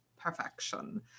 perfection